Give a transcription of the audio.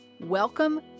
Welcome